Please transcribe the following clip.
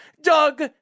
Doug